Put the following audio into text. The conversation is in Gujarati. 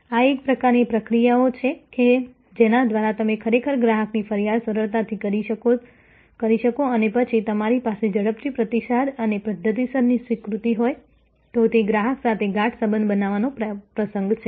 આ એક પ્રકારની પ્રક્રિયાઓ છે કે જેના દ્વારા તમે ખરેખર ગ્રાહકની ફરિયાદ સરળતાથી કરી શકો અને પછી તમારી પાસે ઝડપી પ્રતિસાદ અને પદ્ધતિસરની સ્વીકૃતિ હોય તો તે ગ્રાહક સાથે ગાઢ સંબંધ બનાવવાનો પ્રસંગ છે